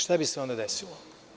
Šta bi se onda desilo?